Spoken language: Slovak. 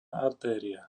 artéria